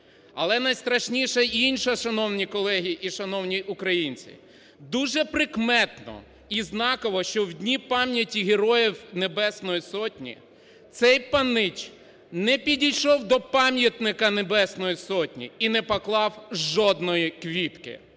Але найстрашніше інше, шановні колеги, і шановні українці, дуже прикметно і знаково, що в дні пам'яті Героїв Небесної Сотні цей панич не підійшов до пам'ятника Небесної Сотні і не поклав жодної квітки.